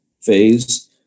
phase